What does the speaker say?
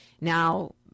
Now